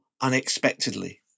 unexpectedly